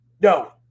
no